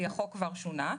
כי החוק כבר שונה,